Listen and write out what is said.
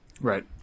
Right